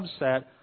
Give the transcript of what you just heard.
subset